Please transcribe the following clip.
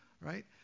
right